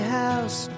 house